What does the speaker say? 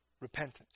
repentance